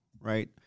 right